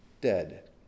dead